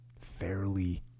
fairly